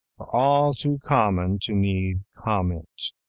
are all too common to need comment.